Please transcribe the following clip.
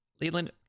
Leland